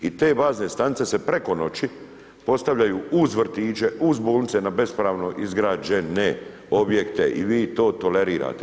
I te bazne stanice se preko noći postavljaju uz vrtiće, uz bolnice na bespravno izgrađene objekte i vi to tolerirate.